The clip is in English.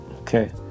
Okay